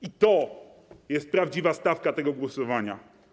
I to jest prawdziwa stawka tego głosowania.